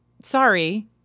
sorry